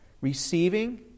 receiving